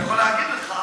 אז אני יכול להגיד לך,